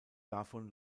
davon